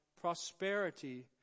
prosperity